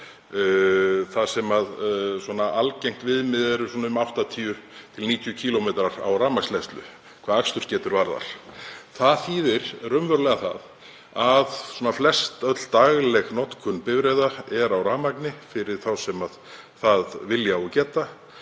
þar sem algengt viðmið er um 80–90 km á rafmagnshleðslu hvað akstursgetu varðar. Það þýðir raunverulega að flestöll dagleg notkun bifreiða er á rafmagni fyrir þá sem það vilja og geta,